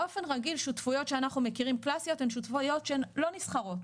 באופן רגיל שותפויות שאנחנו מכירים קלאסיות הן שותפויות שהן לא נסחרות.